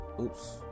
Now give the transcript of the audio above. oops